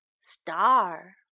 star